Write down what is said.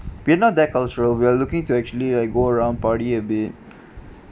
we're not that cultural we're looking to actually like go around party a bit